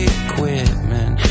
equipment